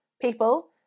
people